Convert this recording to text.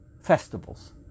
festivals